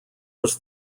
was